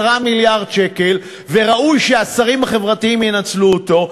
מיליארד שקל וראוי שהשרים החברתיים ינצלו אותו,